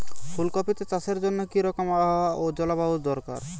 ফুল কপিতে চাষের জন্য কি রকম আবহাওয়া ও জলবায়ু দরকার?